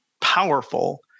powerful